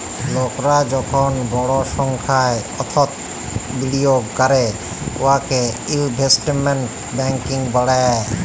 লকরা যখল বড় সংখ্যায় অথ্থ বিলিয়গ ক্যরে উয়াকে ইলভেস্টমেল্ট ব্যাংকিং ব্যলে